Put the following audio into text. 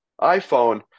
iPhone